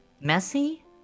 Messy